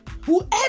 Whoever